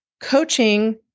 Coaching